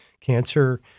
cancer